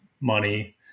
money